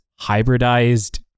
hybridized